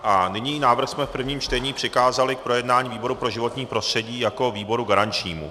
A nyní návrh jsme v prvním čtení přikázali k projednání výboru pro životní prostředí jako výboru garančnímu.